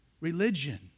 Religion